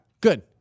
good